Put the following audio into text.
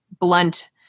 blunt